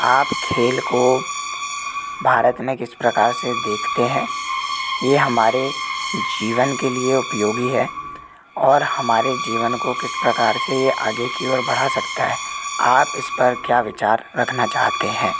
आप खेल को भारत में किस प्रकार से देखते हैं यह हमारे जीवन के लिए उपयोगी है और हमारे जीवन को किस प्रकार से यह आगे की ओर बढ़ा सकता है आप इस पर क्या विचार रखना चाहते हैं